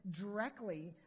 directly